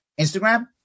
Instagram